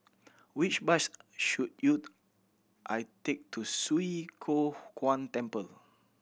which bus should you I take to Swee Kow Kuan Temple